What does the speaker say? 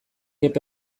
epe